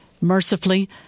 Mercifully